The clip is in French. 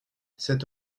c’est